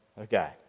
Okay